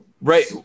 Right